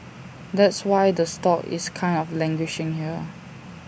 that's why the stock is kind of languishing here